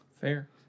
fair